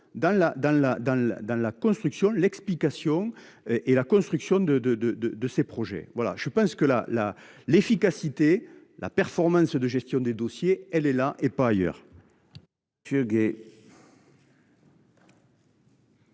dans la construction, l'explication. Et la construction de de de de de ces projets. Voilà je pense que la, la, l'efficacité, la performance de gestion des dossiers, elle est là et pas ailleurs. Que.